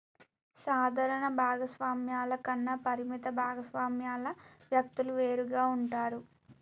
సాధారణ భాగస్వామ్యాల కన్నా పరిమిత భాగస్వామ్యాల వ్యక్తులు వేరుగా ఉంటారు